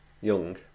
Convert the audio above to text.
young